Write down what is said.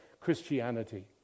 Christianity